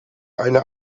eine